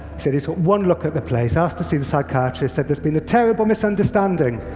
said he took one look at the place, asked to see the psychiatrist, said, there's been a terrible misunderstanding.